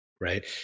right